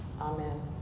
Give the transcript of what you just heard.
Amen